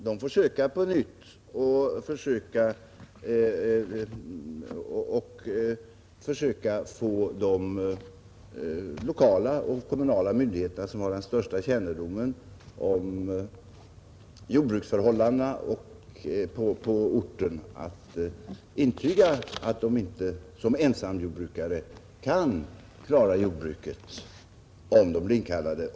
De får söka på nytt och försöka få de lokala och kommunala myndigheter som har den största kännedomen om jordbruksförhållandena på orten att intyga att de som ensamjordbrukare inte kan klara jordbruket om de blir inkallade.